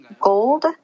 gold